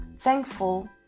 thankful